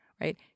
right